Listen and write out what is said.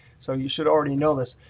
so you should already know this.